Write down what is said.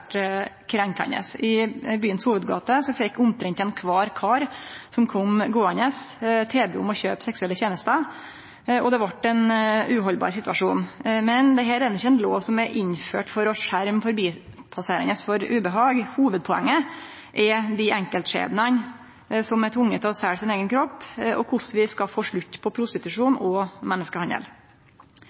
I hovudgata i byen fekk omtrent kvar kar som kom gåande, tilbod om å kjøpe seksuelle tenester, og det vart ein uhaldbar situasjon. Men dette er ikkje ei lov som er innført for å skjerme forbipasserande for ubehag. Hovudpoenget er dei enkeltskjebnane som er tvungne til å selje sin eigen kropp, og korleis vi skal få slutt på prostitusjon og menneskehandel.